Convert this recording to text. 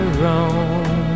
wrong